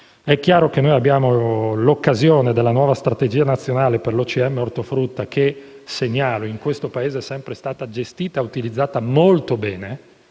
produttori. Noi abbiamo l'occasione della nuova strategia nazionale per l'OCM ortofrutta che, lo segnalo, in questo Paese è sempre stata gestita e utilizzata molto bene.